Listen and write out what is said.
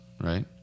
right